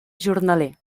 jornaler